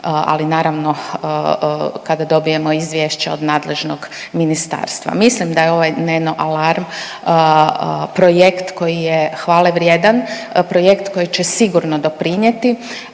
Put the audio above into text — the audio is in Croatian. ali naravno kada dobijemo izvješće od nadležnog ministarstva. Mislim da je ovaj NENO Alarm projekt koji je hvale vrijedan, projekt koji će sigurno doprinjeti